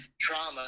trauma